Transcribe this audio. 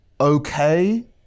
okay